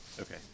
Okay